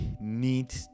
need